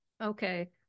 Okay